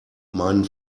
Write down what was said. meinen